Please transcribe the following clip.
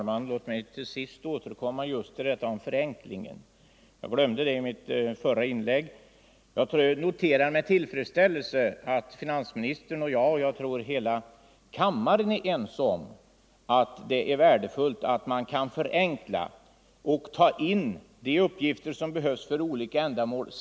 Herr talman! Låt mig återkomma till frågan om förenklingen. Jag glömde den saken i mitt förra inlägg. Jag noterar med tillfredsställelse att finansministern och jag — och jag tror hela kammaren — är ense om att det är värdefullt om man kan förenkla förfarandet och samtidigt kan ta in de uppgifter som behövs för olika ändamål.